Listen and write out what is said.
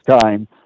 time